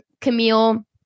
camille